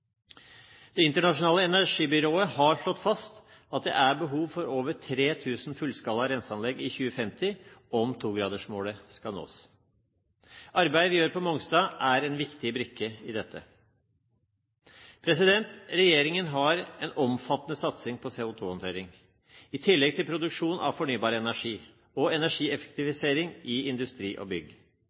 Det internasjonale energibyrå har slått fast at det er behov for over 3 000 fullskala renseanlegg i 2050 om togradersmålet skal nås. Arbeidet vi gjør på Mongstad, er en viktig brikke i dette. Regjeringen har en omfattende satsing på CO2-håndtering i tillegg til produksjon av fornybar energi og energieffektivisering i industri og bygg.